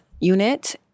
Unit